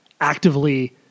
actively